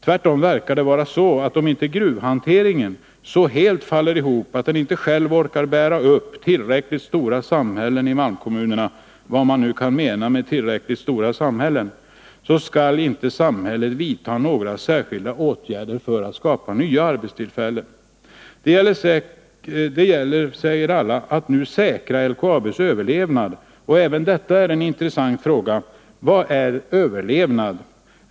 Tvärtom verkar det vara så att, om inte gruvhanteringen så helt faller ihop att den inte själv orkar bära upp ”tillräckligt stora samhällen” i malmkommunerna — vad man nu kan mena med ”tillräckligt stora samhällen” — så skall inte samhället vidta några särskilda åtgärder för att skapa nya arbetstillfällen. Det gäller, säger alla, att nu säkra LKAB:s överlevnad. Även detta är en intressant fråga: Vad är överlevnad?